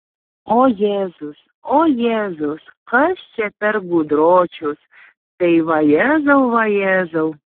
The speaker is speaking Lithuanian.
o jėzus o jėzus kas čia per gudročius tai vajezau vajezau